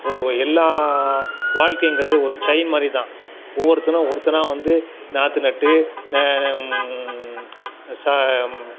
ஒரு எல்லா வாழ்க்கைங்கறதே ஒரு செயின் மாதிரிதான் ஒவ்வொருத்தனும் ஒருத்தனாக வந்து நாற்று நட்டு சா